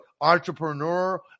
entrepreneur